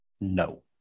no